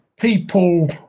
people